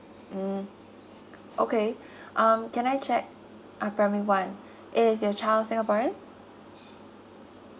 mm okay um can I check uh primary one is your child singaporean